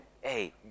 hey